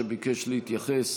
שביקש להתייחס